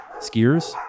skiers